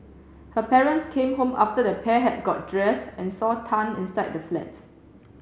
her parents came home after the pair had got dressed and saw Tan inside the flat